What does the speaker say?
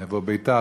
מבוא-ביתר,